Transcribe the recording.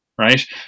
right